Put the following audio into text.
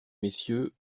messieurs